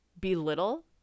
belittle